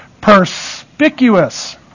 perspicuous